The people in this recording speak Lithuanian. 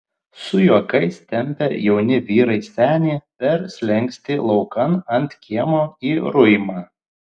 su juokais tempia jauni vyrai senį per slenkstį laukan ant kiemo į ruimą